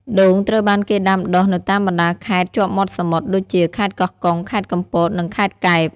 ដូងត្រូវបានគេដាំដុះនៅតាមបណ្តាខេត្តជាប់មាត់សមុទ្រដូចជា ខេត្តកោះកុង ខេត្តកំពត និង ខេត្តកែប។